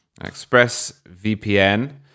ExpressVPN